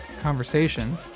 conversation